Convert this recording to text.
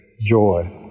Joy